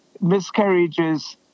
miscarriages